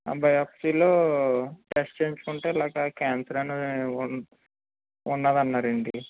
బయాప్సీలో test చేయించుకుంటే ఇలాగా cancer అని ఉం ఉందన్నారండి